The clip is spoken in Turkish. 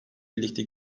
birlikte